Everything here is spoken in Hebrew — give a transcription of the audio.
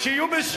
אני לא מאמין.